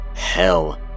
Hell